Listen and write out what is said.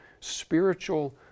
spiritual